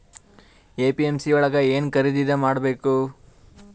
APMC ಯೊಳಗ ಏನ್ ಖರೀದಿದ ಮಾಡ್ಬೇಕು?